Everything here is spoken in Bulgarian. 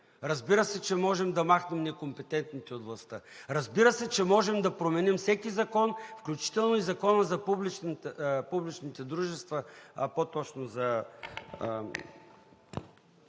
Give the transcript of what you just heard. разбира се, че можем да махнем некомпетентните от властта, разбира се, че можем да променим всеки закон, включително и Закона за публичните предприятия, ако